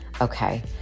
okay